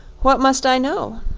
what must i know?